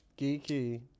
Geeky